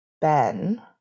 ben